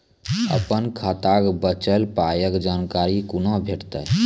अपन खाताक बचल पायक जानकारी कूना भेटतै?